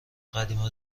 قدیما